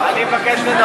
אני מבקש לדבר.